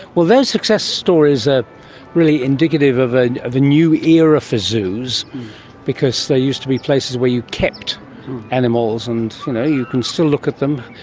well, those success stories are ah really indicative of ah of a new era for zoos because they used to be places where you kept animals and you know you can still look at them,